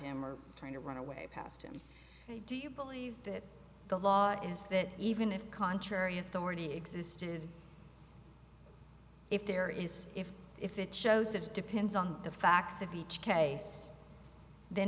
him or trying to run away past him do you believe that the law is that even if contrary authority existed if there is if if it shows it depends on the facts of each case then